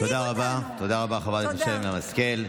תודה רבה לחברת הכנסת שרן השכל.